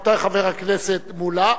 חבר הכנסת מולה,